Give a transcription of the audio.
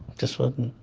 just wouldn't.